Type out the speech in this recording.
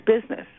business